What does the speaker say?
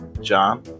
John